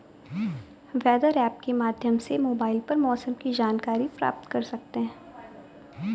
weather app के माध्यम से मोबाइल पर मौसम की जानकारी प्राप्त कर सकते हैं